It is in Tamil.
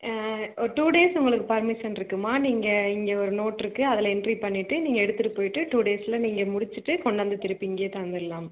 ஒரு டூ டேஸ் உங்களுக்கு பர்மிஷன் இருக்குமா நீங்கள் இங்கே ஒரு நோட் இருக்கு அதில் என்ட்ரி பண்ணிவிட்டு நீங்கள் எடுத்துகிட்டு போய்விட்டு டூ டேஸ்ஸில் நீங்கள் முடிச்சிட்டு கொண்டாந்து திரும்பி இங்கே தந்துர்லாம்